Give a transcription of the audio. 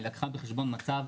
לקחה בחשבון מצב,